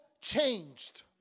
changed